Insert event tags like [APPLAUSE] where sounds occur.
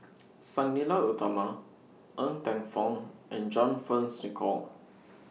[NOISE] Sang Nila Utama Ng Teng Fong and John Fearns Nicoll [NOISE]